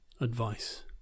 advice